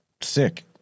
sick